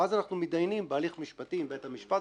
ואז אנחנו מתדיינים בהליך משפטי עם בית המשפט,